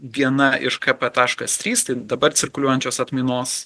viena iš kp taškas trys tai dabar cirkuliuojančios atmainos